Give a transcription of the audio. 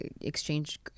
exchange